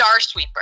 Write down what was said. Starsweeper